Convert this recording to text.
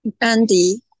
Andy